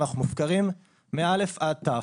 ואנחנו מופקרים מאל"ף עד תי"ו,